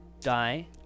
die